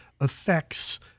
affects